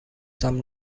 some